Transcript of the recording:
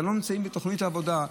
כשאתם לא נמצאים בתוכנית העבודה,